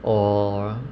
or